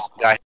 guy